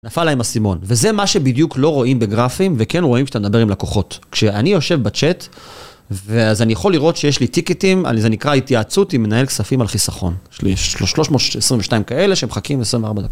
נפל להם אסימון, וזה מה שבדיוק לא רואים בגרפים, וכן רואים כשאתה מדבר עם לקוחות. כשאני יושב בצ'אט, ואז אני יכול לראות שיש לי טיקטים, זה נקרא התייעצות עם מנהל כספים על חיסכון. יש לי 322 כאלה שמחכים 24 דקות.